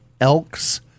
Elks